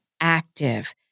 active